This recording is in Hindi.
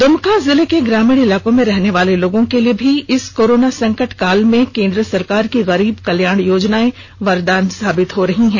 दुमका जिले के ग्रामीण इलाकों में रहने वाले लोगों के लिए भी इस कोरोना संकट काल में केंद्र सरकार की गरीब कल्याण योजनाए वरदान साबित हो रही है